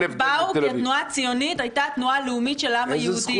הם באו כי התנועה הציונית הייתה התנועה הלאומית של העם היהודי.